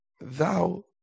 thou